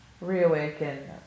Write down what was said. Reawaken